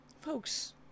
Folks